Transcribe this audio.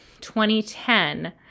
2010